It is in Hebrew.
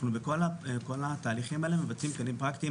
בכל התהליכים האלה אנחנו מבצעים כלים פרקטיים,